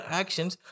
actions